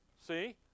See